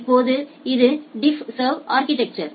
இப்போது இது டிஃப்ஸர்வின் அா்கிடெக்சர்